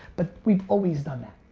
but we've always done that.